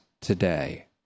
today